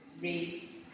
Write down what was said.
read